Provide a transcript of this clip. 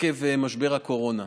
עקב משבר הקורונה.